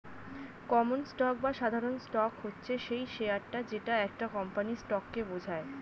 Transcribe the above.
common stock বা সাধারণ stock হচ্ছে সেই শেয়ারটা যেটা একটা কোম্পানির স্টককে বোঝায়